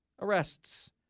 arrests